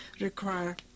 require